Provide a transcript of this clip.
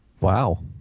Wow